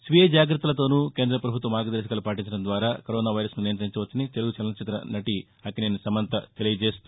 స్వీయ జాగ్రత్తలతోనూ కేంద్ర ప్రభుత్వ మార్గదర్శకాలు పాటించడం ద్వారా కరోనా వైరస్ను నియంఁతించవచ్చని తెలుగు చలనచిఁత నటి అక్కినేని సమంత తెలియజేస్తూ